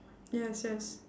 yes yes